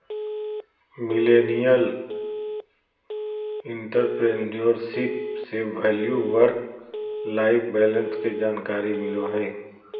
millennial entrepreneurship से value work life balance के जानकारी मिलो हय